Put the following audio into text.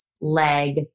leg